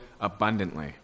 abundantly